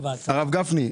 הרב גפני,